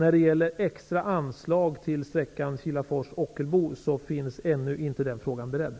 Ockelbo är den frågan ännu inte beredd.